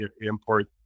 import